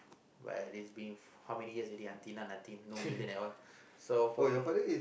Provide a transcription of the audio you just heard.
while it's been how many years already ah until now nothing no million at all so for me